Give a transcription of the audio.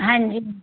ਹਾਂਜੀ